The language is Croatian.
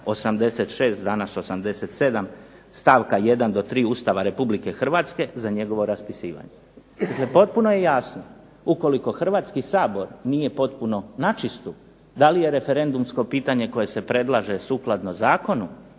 86., danas 87. stavka 1. do 3. Ustava RH za njegovo raspisivanje. Potpuno je jasno ukoliko Hrvatski sabor nije potpuno načistu da li je referendumsko pitanje koje se predlaže sukladno zakonu,